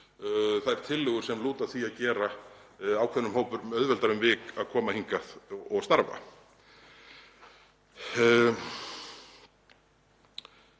um þær tillögur sem lúta að því að gera ákveðnum hópum auðveldara um vik að koma hingað og starfa.